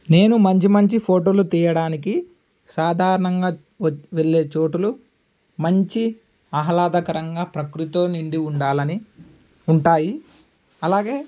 నేను మంచి మంచి ఫోటోలు తీయడానికి సాధారణంగా వెళ్ళే చోటులు మంచి ఆహ్లాదకరంగా ప్రకృతో నిండి ఉండాలని ఉంటాయి అలాగే